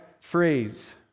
phrase